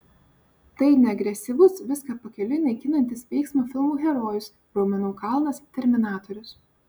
tai ne agresyvus viską pakeliui naikinantis veiksmo filmų herojus raumenų kalnas terminatorius